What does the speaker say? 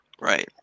Right